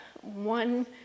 one